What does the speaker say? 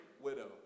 widow